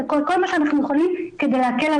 כל מה שאנחנו יכולים כדי להקל על